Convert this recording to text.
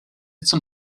zum